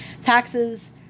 taxes